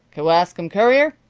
kewaskum courier?